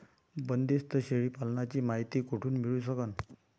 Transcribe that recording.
बंदीस्त शेळी पालनाची मायती कुठून मिळू सकन?